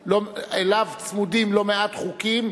שאליו צמודים לא מעט חוקים,